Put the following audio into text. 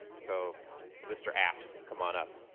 so mr. at, come on up.